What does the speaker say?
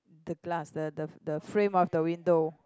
the glass the the the frame of the window